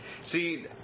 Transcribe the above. See